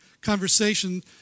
conversation